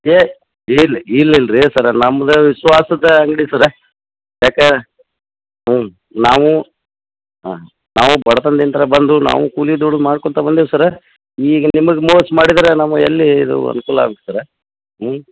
ಏ ಇಲ್ಲ ಇಲ್ಲಿಲ್ಲ ರೀ ಸರ ನಮ್ದು ವಿಶ್ವಾಸದ ಅಂಗಡಿ ಸರ್ ಯಾಕೆ ಹ್ಞೂ ನಾವು ಹಾಂ ನಾವು ಬಡ್ತನದಿಂದ ಬಂದು ನಾವು ಕೂಲಿ ದುಡ್ದು ಮಾಡ್ಕೊತ ಬಂದಿವಿ ಸರ ಈಗ ನಿಮಗೆ ಮೋಸ ಮಾಡಿದ್ರೆ ನಮ್ಮ ಎಲ್ಲಿ ಇದು ಅನುಕೂಲ ಆಗುತ್ತೆ ಸರ್ರ ಹ್ಞೂ